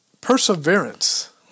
Perseverance